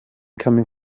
coming